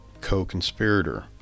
co-conspirator